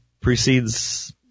precedes